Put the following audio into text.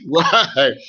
Right